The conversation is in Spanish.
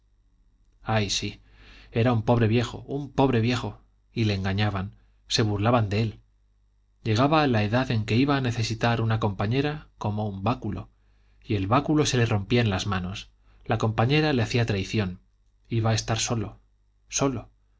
ay sí era un pobre viejo un pobre viejo y le engañaban se burlaban de él llegaba la edad en que iba a necesitar una compañera como un báculo y el báculo se le rompía en las manos la compañera le hacía traición iba a estar solo solo